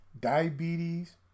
diabetes